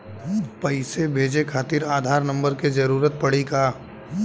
पैसे भेजे खातिर आधार नंबर के जरूरत पड़ी का?